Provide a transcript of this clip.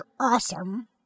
awesome